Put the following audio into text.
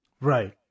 Right